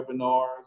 webinars